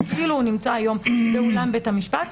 כאילו הוא נמצא היום באולם בית המשפט.